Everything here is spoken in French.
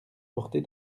porter